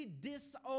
disown